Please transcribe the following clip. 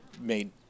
made